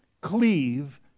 Cleave